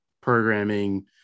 programming